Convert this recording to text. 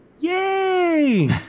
Yay